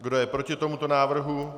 Kdo je proti tomuto návrhu?